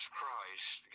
Christ